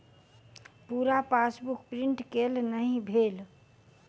पूरा passbook print केल नहि भेल